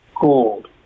gold